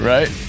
Right